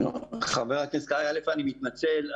חבר הכנסת קרעי, אני מתנצל.